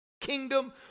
kingdom